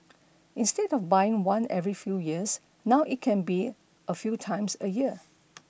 instead of buying one every few years now it can be a few times in a year